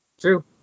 True